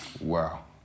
Wow